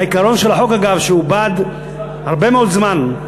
העיקרון של החוק, אגב, שעובַּד הרבה מאוד זמן,